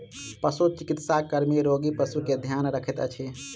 पशुचिकित्सा कर्मी रोगी पशु के ध्यान रखैत अछि